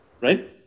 Right